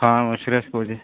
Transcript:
ହଁ ମୁଁ ସୁରେଶ କହୁଛି